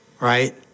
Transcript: right